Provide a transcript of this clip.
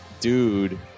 dude